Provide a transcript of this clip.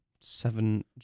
Seven